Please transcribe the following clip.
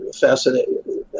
fascinating